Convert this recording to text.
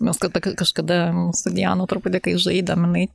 nors kartą kai kažkada su diana truputį kai žaidėm jinai